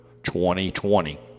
2020